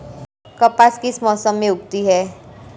कपास किस मौसम में उगती है?